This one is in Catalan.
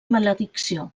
maledicció